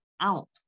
out